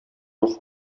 noch